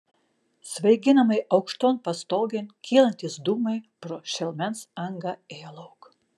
svaiginamai aukšton pastogėn kylantys dūmai pro šelmens angą ėjo lauk